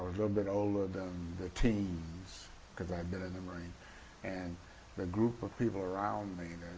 little bit older than the teens cause i had been in the marines and the group of people around me,